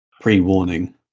pre-warning